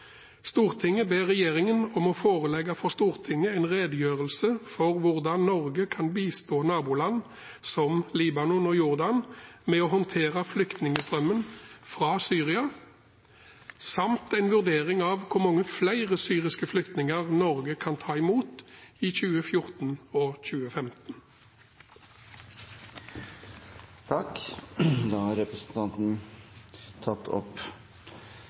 forelegge for Stortinget en redegjørelse for hvordan Norge kan bistå naboland som Libanon og Jordan med å håndtere flyktningstrømmen fra Syria, samt en vurdering av hvor mange flere syriske flyktninger Norge kan ta imot i